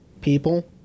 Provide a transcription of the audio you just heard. people